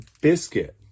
biscuit